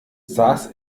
saß